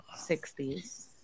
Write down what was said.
60s